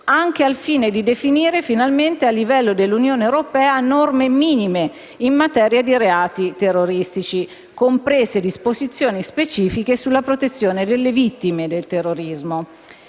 anche al fine di definire a livello dell'Unione europea norme minime in materia di reati terroristici, comprese disposizioni specifiche sulla protezione delle vittime del terrorismo.